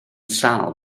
sâl